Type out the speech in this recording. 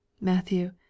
Matthew